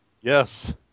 Yes